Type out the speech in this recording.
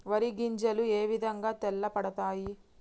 వరి గింజలు ఏ విధంగా తెల్ల పడతాయి?